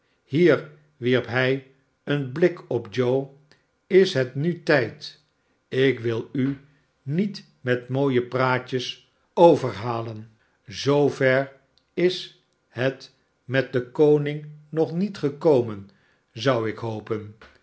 hier wierp hij een blik op joe tis het nu de tijd ik wil u niet met mooie praatjes overhalen zoover is het met den koning nog niet gekomen zou ik hopen